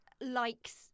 likes